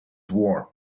war